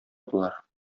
болар